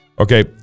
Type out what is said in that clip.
Okay